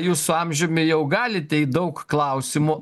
jūs su amžiumi jau galite į daug klausimų